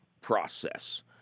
process